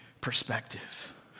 perspective